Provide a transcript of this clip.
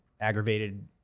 aggravated